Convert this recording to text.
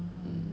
um